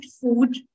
food